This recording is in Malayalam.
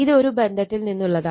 ഇത് ഒരു ബന്ധത്തിൽ നിന്നുള്ളതാണ്